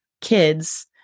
kids